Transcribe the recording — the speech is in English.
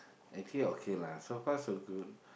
actually okay lah so far so good